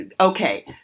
okay